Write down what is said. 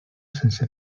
sense